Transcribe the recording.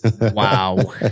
Wow